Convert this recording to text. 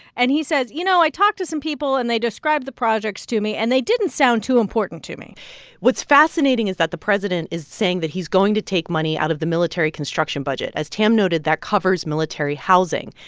and he says, you know, i talked to some people, and they described the projects to me, and they didn't sound too important to me what's fascinating is that the president is saying that he's going to take money out of the military construction budget, as tam noted, that covers military housing.